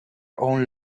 own